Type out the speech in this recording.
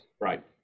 right